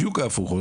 בדיוק ההפוך,